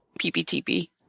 PPTP